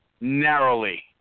narrowly